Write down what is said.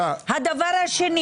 שנית,